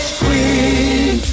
queen